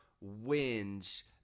wins